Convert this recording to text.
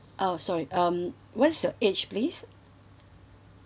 oh sorry um what is your age please